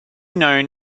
known